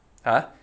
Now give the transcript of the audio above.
!huh!